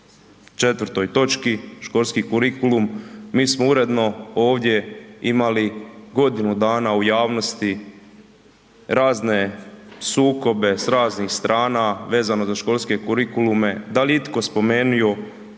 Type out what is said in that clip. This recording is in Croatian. tezi 4 točki školski kurikulum, mi smo uredno ovdje imali godinu dana u javnosti razne sukobe s raznih strana vezano za školske kurikulume da li je itko spomenuo